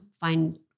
find